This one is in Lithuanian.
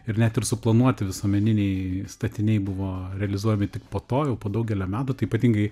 ir net ir suplanuoti visuomeniniai statiniai buvo realizuojami tik po to jau po daugelio metų tai ypatingai